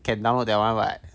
can now that [one] [what]